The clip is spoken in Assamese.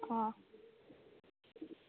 অঁ